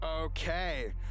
Okay